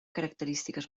característiques